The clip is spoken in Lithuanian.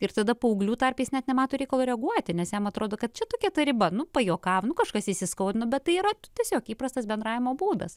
ir tada paauglių tarpe jis net nemato reikalo reaguoti nes jam atrodo kad čia tokia ta riba nu pajuokavo kažkas įsiskaudino bet tai yra tiesiog įprastas bendravimo būdas